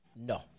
No